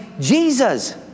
Jesus